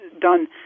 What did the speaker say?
done